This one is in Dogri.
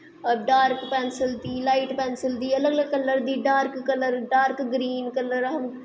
डॉर्क पैंसल दी लाईट पैंसल दी अलग अलग कल्लर दी डॉर्क कल्लर ग्रीन कल्लर